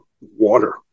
water